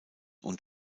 und